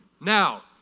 Now